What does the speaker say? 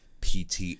PT